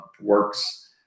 works